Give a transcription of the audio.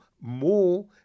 more